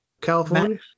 California